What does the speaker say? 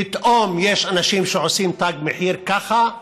פתאום יש אנשים שעושים תג מחיר, ככה,